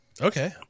Okay